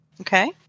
Okay